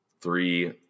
three